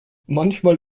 manchmal